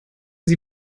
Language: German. sie